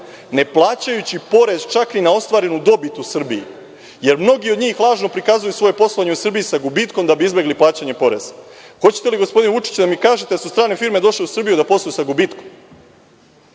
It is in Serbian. neplaćajući porez čak i na ostvarenu dobit u Srbiji, jer mnogi od njih lažno prikazuju svoje poslovanje u Srbiji sa gubitkom da bi izbegli plaćanje poreza. Hoćete li gospodine Vučiću da mi kažete da su strane firme došle u Srbiju da posluju sa gubitkom. Ništa